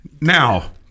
Now